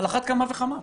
על אחת כמה וכמה.